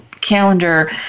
calendar